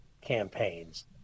campaigns